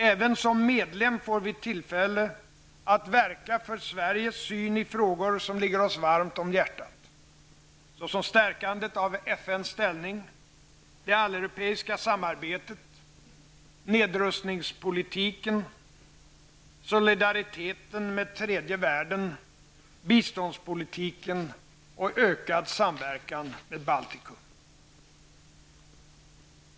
Även som medlem får vi tillfälle att verka för Sveriges syn i frågor som ligger oss varmt om hjärtat, såsom stärkande av FNs ställning, det alleuropeiska samarbetet, nedrustningspolitiken, solidariteten med tredje världen, biståndspolitiken och ökad samverkan med Baltikum.